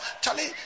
Charlie